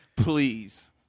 Please